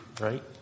right